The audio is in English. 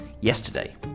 yesterday